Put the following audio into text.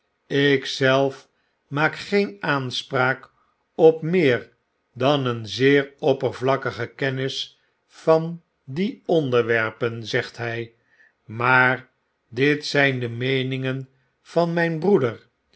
zelf maak geen aanspraak op meer dan een zeer oppervlakkige kennis van die onderwerpen zegt hg maar dit zijn de meeningen van mp broeder